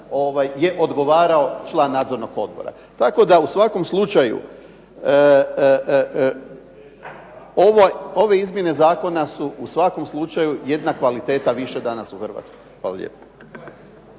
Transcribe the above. je odgovarao član nadzornog odbora. Tako da u svakom slučaju ove izmjene zakona su jedna kvaliteta više u Hrvatskoj. Hvala lijepo.